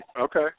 Okay